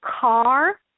car